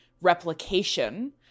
replication